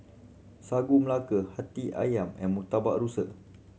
Sagu Melaka Hati Ayam and Murtabak Rusa